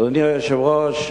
אדוני היושב-ראש,